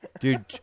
dude